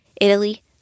Italy